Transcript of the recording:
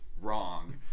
Wrong